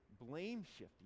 Blame-shifting